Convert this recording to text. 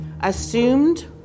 assumed